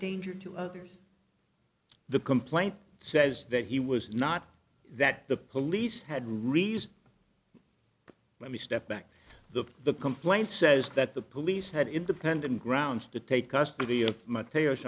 danger to others the complaint says that he was not that the police had reason let me step back the the complaint says that the police had independent grounds to take custody of mat